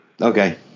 Okay